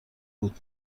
بود